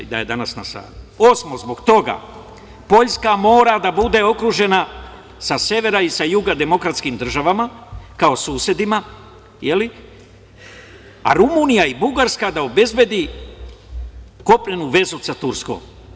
Osmo – zbog toga Poljska mora da bude okružena sa severa i sa juga demokratskim državama kao susedima, a Rumunija i Bugarska da obezbedi kopnenu vezu sa Turskom.